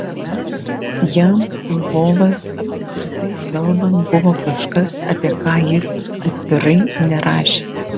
jam lvovas apskritai kalbant buvo kažkas apie ką jis atvirai nerašė